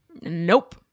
Nope